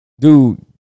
dude